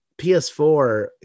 ps4